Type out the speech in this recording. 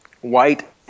white